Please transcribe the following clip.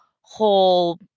whole